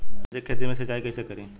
अलसी के खेती मे सिचाई कइसे करी?